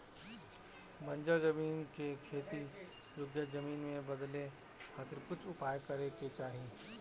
बंजर जमीन के खेती योग्य जमीन में बदले खातिर कुछ उपाय करे के चाही